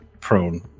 prone